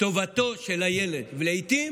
טובתו של הילד, ולעיתים